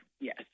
yes